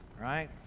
right